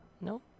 No